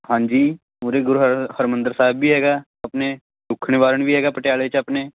ਹਾਂਜੀ ਉਰੇ ਗੁਰੂ ਹਰਿਮੰਦਰ ਸਾਹਿਬ ਵੀ ਹੈਗਾ ਆਪਣੇ ਦੁੱਖ ਨਿਵਾਰਨ ਵੀ ਹੈਗਾ ਪਟਿਆਲੇ 'ਚ ਆਪਣੇ